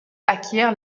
acquièrent